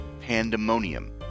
Pandemonium